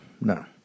no